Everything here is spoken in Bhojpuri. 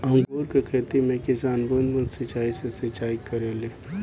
अंगूर के खेती में किसान बूंद बूंद सिंचाई से सिंचाई करेले